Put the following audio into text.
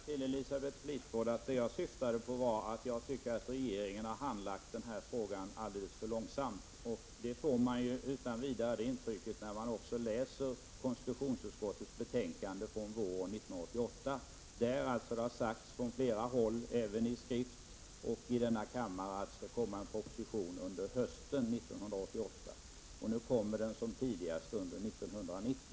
Herr talman! Jag vill bara säga till Elisabeth Fleetwood att det jag syftade på var att regeringens handläggning av den här frågan har varit alldeles för långsam. Det är också det intryck som man direkt får när man läser konstitutionsutskottets betänkande från våren 1988. Det har alltså sagts från flera håll bl.a. i denna kammare att det skall komma en proposition under hösten 1988. Men nu får vi en proposition tidigast under år 1990.